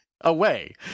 away